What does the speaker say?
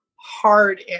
hard